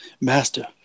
Master